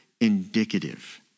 indicative